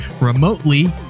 remotely